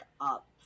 up